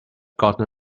gotten